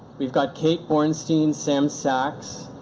we've got kate bornstein, sam sax,